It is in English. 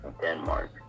Denmark